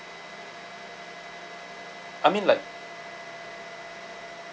I mean like